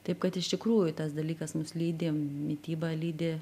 taip kad iš tikrųjų tas dalykas mus lydi mityba lydi